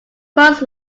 post